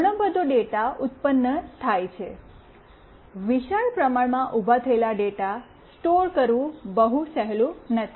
ઘણો બધો ડેટા ઉત્પન્ન થાય છે વિશાળ પ્રમાણમાં ઉભા થયેલા ડેટા સ્ટોર કરવું બહુ સહેલું નથી